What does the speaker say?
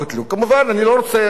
אני לא רוצה לומר,